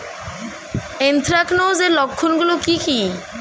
Anthracnose এর লক্ষণ গুলো কি কি?